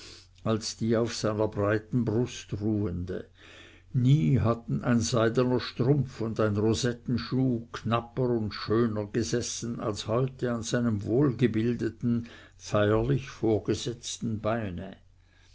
als die auf seiner breiten brust ruhende nie hatten ein seidener strumpf und ein rosettenschuh knapper und schöner gesessen als heute an seinem wohlgebildeten feierlich vorgesetzten beine